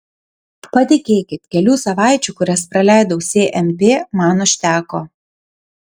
patikėkit kelių savaičių kurias praleidau smp man užteko